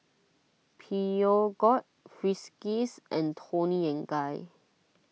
Peugeot Friskies and Toni and Guy